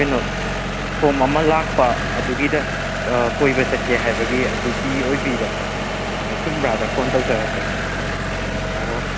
ꯀꯩꯅꯣ ꯐꯣꯝ ꯑꯃ ꯂꯥꯛꯄ ꯑꯗꯨꯒꯤꯗ ꯀꯣꯏꯕ ꯆꯠꯀꯦ ꯍꯥꯏꯕꯒꯤ ꯑꯗꯨꯒꯤ ꯑꯣꯏꯕꯤꯔꯕ꯭ꯔꯥ ꯆꯨꯝꯕ꯭ꯔꯥꯗꯅ ꯐꯣꯟ ꯇꯧꯖꯔꯛꯄꯅꯤ ꯑꯣ